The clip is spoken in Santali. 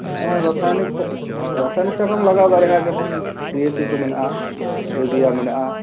ᱦᱮᱸ ᱨᱟᱥᱟᱭᱱᱤᱠ ᱨᱟᱥᱟᱭᱱᱤᱠ ᱥᱟᱨ ᱦᱚᱸᱢ ᱞᱟᱜᱟᱣ ᱫᱟᱲᱮᱭᱟᱜᱼᱟ ᱡᱮᱢᱚᱱ ᱰᱤ ᱮ ᱯᱤ ᱠᱚ ᱢᱮᱱᱟᱜᱼᱟ ᱤᱭᱩᱨᱤᱭᱟᱹ ᱢᱮᱱᱟᱜᱼᱟ